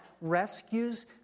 rescues